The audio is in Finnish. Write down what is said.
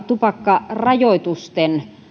tupakkarajoitusten